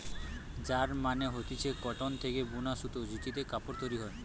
yarn মানে হতিছে cotton থেকে বুনা সুতো জেটিতে কাপড় তৈরী হয়